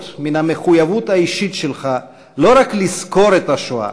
מן המחויבות האישית שלך לא רק לזכור את השואה